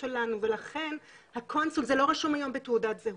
שלנו ולכן הקונסול זה לא רשום היום בתעודת זהות,